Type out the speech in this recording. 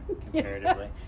comparatively